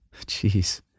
Jeez